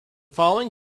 following